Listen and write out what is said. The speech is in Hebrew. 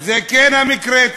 זה כן המקרה.